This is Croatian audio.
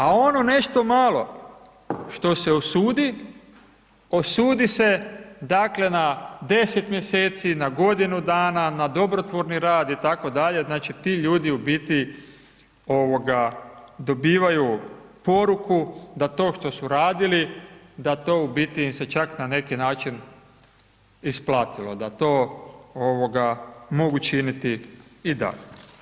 A ono nešto malo što se osudi, osudi se dakle na 10 mjeseci, na godinu dana, na dobrotvorni rad itd., znači ti ljudi u biti ovoga dobivaju poruku da to što su radili da to u biti im se čak na neki način isplatilo, da to mogu ovoga činiti i dalje.